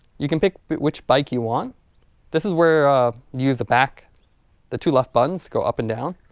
you can pick which bike you want this is where use the back the two left buttons go up and down.